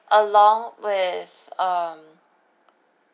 along with um